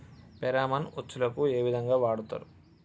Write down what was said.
Pheromone ఉచ్చులకు ఏ విధంగా వాడుతరు?